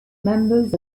members